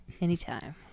Anytime